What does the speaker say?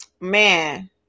Man